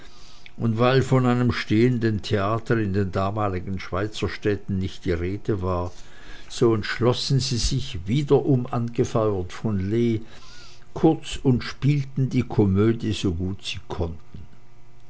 und weil von einem stehenden theater in den damaligen schweizerstädten nicht die rede war so entschlossen sie sich wiederum angefeuert von lee kurz und spielten selbst komödie so gut sie konnten